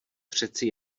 přeci